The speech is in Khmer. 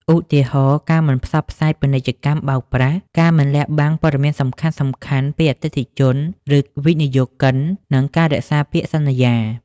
ឧទាហរណ៍ ការមិនផ្សព្វផ្សាយពាណិជ្ជកម្មបោកប្រាស់ ការមិនលាក់បាំងព័ត៌មានសំខាន់ៗពីអតិថិជន ឬវិនិយោគិន និងការរក្សាពាក្យសន្យា។